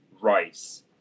rice